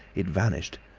it vanished.